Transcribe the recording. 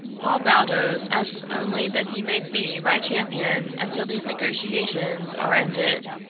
paul baldos asks only that he may be my champion until these negotiations are ended.